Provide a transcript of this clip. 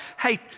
Hey